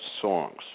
songs